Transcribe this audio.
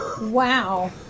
Wow